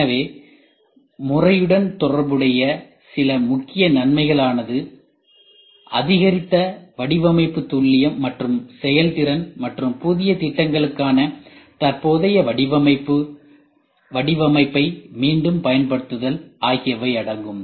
எனவே முறையுடன் தொடர்புடைய சில முக்கிய நன்மைகள் ஆனது அதிகரித்த வடிவமைப்பு துல்லியம் மற்றும் செயல்திறன் மற்றும் புதிய திட்டங்களுக்கான தற்போதைய வடிவமைப்பை மீண்டும் பயன்படுத்துதல் ஆகியவை அடங்கும்